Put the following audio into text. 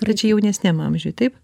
tai čia jaunesniam amžiuj taip